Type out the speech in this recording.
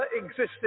existed